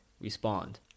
respond